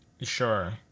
Sure